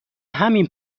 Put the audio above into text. همین